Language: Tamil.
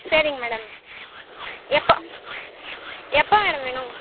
சரிங்க மேடம் எப்போது எப்போ மேடம் வேணும்